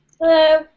Hello